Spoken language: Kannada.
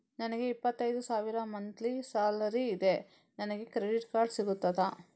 ನನಗೆ ಇಪ್ಪತ್ತೈದು ಸಾವಿರ ಮಂತ್ಲಿ ಸಾಲರಿ ಇದೆ, ನನಗೆ ಕ್ರೆಡಿಟ್ ಕಾರ್ಡ್ ಸಿಗುತ್ತದಾ?